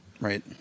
right